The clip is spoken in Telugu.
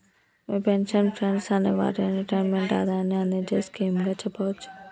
మీ పెన్షన్ ఫండ్స్ అనే వాటిని రిటైర్మెంట్ ఆదాయాన్ని అందించే స్కీమ్ గా చెప్పవచ్చు